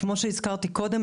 כמו שהזכרתי קודם,